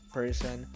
person